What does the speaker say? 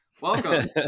Welcome